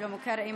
שלמה קרעי,